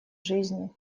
жизни